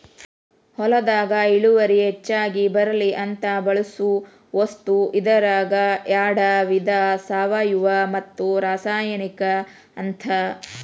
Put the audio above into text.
ಹೊಲದಾಗ ಇಳುವರಿ ಹೆಚಗಿ ಬರ್ಲಿ ಅಂತ ಬಳಸು ವಸ್ತು ಇದರಾಗ ಯಾಡ ವಿಧಾ ಸಾವಯುವ ಮತ್ತ ರಾಸಾಯನಿಕ ಅಂತ